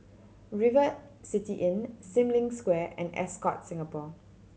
River City Inn Sim Lim Square and Ascott Singapore